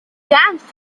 danced